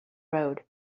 road